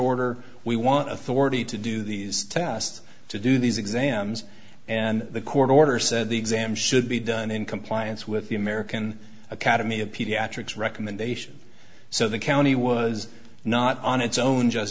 order we want authority to do these tests to do these exams and the court order said the exam should be done in compliance with the american academy of pediatrics recommendation so the county was not on its own just